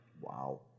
Wow